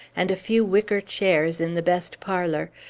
and a few wicker chairs in the best parlor,